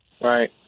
Right